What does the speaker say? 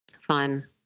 Fun